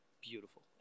beautiful